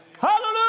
Hallelujah